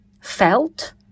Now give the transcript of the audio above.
felt